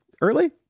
early